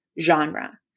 genre